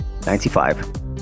95